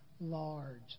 large